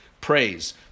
praise